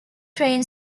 train